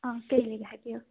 ꯀꯩ ꯂꯩꯒꯦ ꯍꯥꯏꯕꯤꯌꯣ